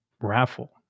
raffle